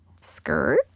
skirt